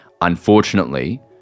Unfortunately